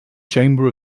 chamber